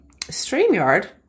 Streamyard